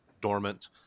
dormant